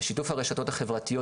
בשיתוף הרשתות החברתיות,